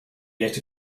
yet